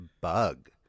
Bug